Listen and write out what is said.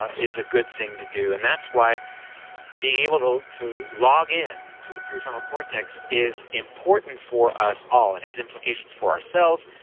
ah is a good thing to do, and that's why being able to to log in to the prefrontal cortex is important for us all it has implications for ourselves,